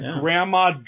grandma